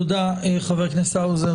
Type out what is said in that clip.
תודה, חבר הכנסת האוזן.